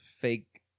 Fake